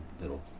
little